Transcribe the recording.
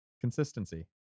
Consistency